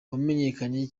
wamenyekanye